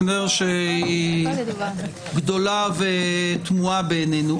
שהיא גדולה ותמוהה בעינינו,